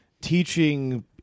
teaching